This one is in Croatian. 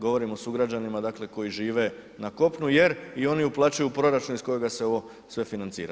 Govorim o sugrađanima dakle koji žive na kopnu jer i oni uplaćuju u proračun iz kojega se ovo sve financira.